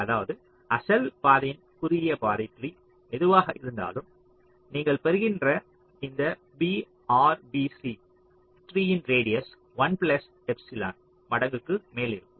அதாவது அசல் பாதையின் குறுகிய பாதை ட்ரீ எதுவாக இருந்தாலும் நீங்கள் பெறுகின்ற இந்த பிஆர்பிசி ட்ரீயின் ரேடியஸ் 1 பிளஸ் எப்சிலான் மடங்குக்கு மேல் இருக்கும்